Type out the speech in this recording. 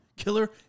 Killer